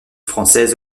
française